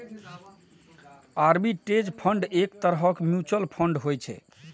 arbitrage fund एक तरहक mutual fund होइ छै